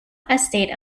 estate